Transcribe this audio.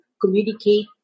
communicate